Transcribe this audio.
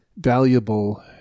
valuable